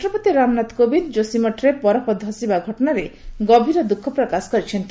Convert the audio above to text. ରାଷ୍ଟ୍ରପତି ରାମନାଥ କୋବିନ୍ଦ କୋଶିମଠ ଠାରେ ବରଫ ଧସିବା ଘଟଣାରେ ଗଭୀର ଦୁଃଖ ପ୍ରକାଶ କରିଛନ୍ତି